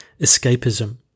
Escapism